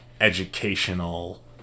educational